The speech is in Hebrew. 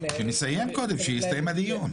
כשנסיים קודם, כשיסתיים הדיון.